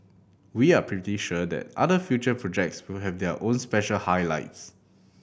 we are pretty sure that other future projects will have their own special highlights